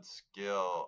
skill